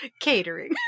catering